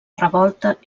revolta